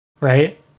Right